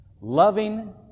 loving